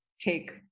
take